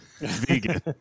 vegan